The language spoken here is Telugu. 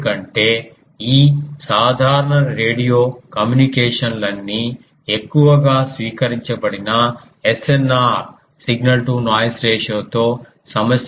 ఎందుకంటే ఈ సాధారణ రేడియో కమ్యూనికేషన్లన్నీ ఎక్కువగా స్వీకరించబడిన SNR తో సమస్యలు కలిగి ఉంటాయి